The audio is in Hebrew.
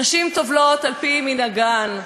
נשים טובלות על-פי מנהגן,